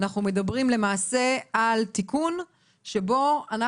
אנחנו מדברים למעשה על תיקון שבו אנחנו